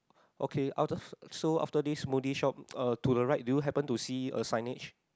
okay after so after this smoothie shop uh to the right do you happen to see a signage